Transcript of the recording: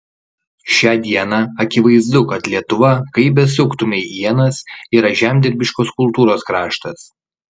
šią dieną akivaizdu kad lietuva kaip besuktumei ienas yra žemdirbiškos kultūros kraštas